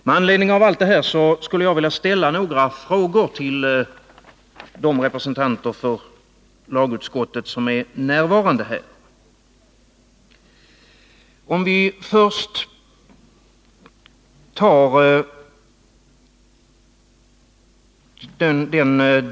Med anledning av allt detta skulle jag vilja ställa några frågor till de representanter för lagutskottet som är närvarande här i kammaren.